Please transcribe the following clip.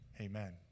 Amen